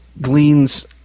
gleans